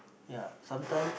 ya sometime